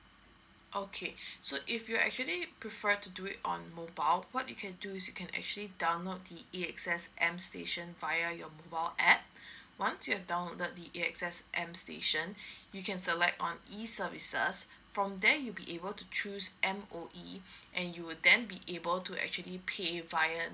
okay so if you actually prefer to do it on mobile what you can do is you can actually download the A_X_S M station via your mobile app once you have download the A_X_S M station you can select on E services from there you'd be able to choose M_O_E and you will then be able to actually pay via